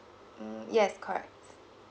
mm yes correct